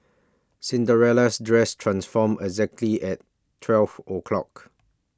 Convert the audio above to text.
Cinderella's dress transformed exactly at twelve o'clock